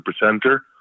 presenter